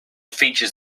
features